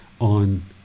on